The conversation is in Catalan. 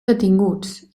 detinguts